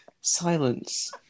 Silence